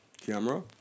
camera